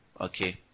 Okay